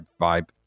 vibe